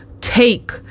take